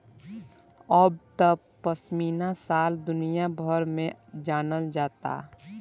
अब त पश्मीना शाल दुनिया भर में जानल जाता